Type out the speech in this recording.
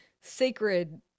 sacred